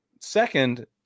Second